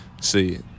See